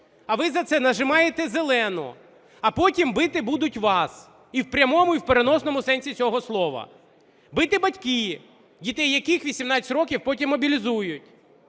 а ви за це нажимаєте зелену. А потім бити будуть вас, і в прямому, і в переносному сенсі цього слова. Бити батьки, діти яких у 18 років потім мобілізують,